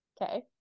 Okay